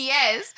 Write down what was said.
Yes